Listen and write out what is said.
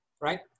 Right